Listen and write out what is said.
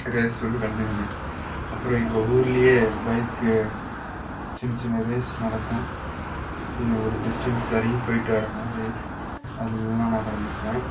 race வந்து கலந்துக்க மாட்டேன் அப்புறம் எங்கள் ஊர்லேயே பைக்கு சின்னச் சின்ன ரேஸ் நடக்கும் இங்கே ஒரு டிஸ்டன்ஸ் வரையும் போய்ட்டு வர மாதிரி அதலலாம் நான் கலந்துக்குவேன்